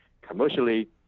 commercially